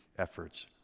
efforts